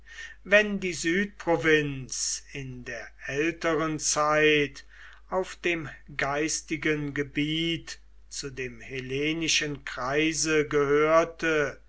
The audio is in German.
wenn die südprovinz in der älteren zeit auf dem geistigen gebiet zu dem hellenischen kreise gehörte